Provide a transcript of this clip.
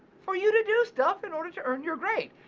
for you to do stuff in order to earn your grade,